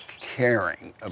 caring